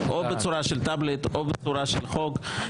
או בצורה של טאבלט או בצורה של חוק.